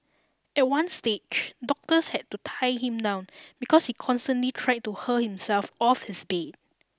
at one stage doctors had to tie him down because he constantly tried to hurl himself off his bed